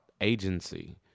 agency